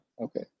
Okay